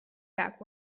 back